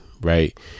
Right